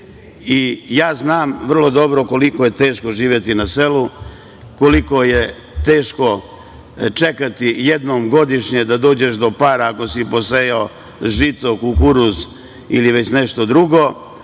vrlo dobro koliko je teško živeti na selu, koliko je teško čekati jednom godišnje da dođeš do para ako si posejao žito, kukuruz ili već nešto drugo,